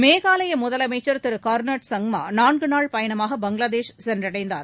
மேகாலய முதலமைச்சர் திரு கொன்ராட் சங்கமா நான்கு நாள் பயணமாக பங்களாதேஷ் சென்றடைந்தார்